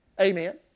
Amen